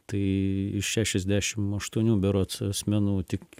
tai iš šešiasdešim aštuonių berods asmenų tik